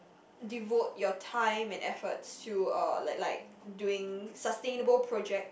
devote your time and efforts to uh like like doing sustainable project